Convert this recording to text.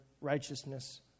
righteousness